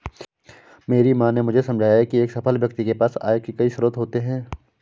मेरी माँ ने मुझे समझाया की एक सफल व्यक्ति के पास आय के कई स्रोत होते हैं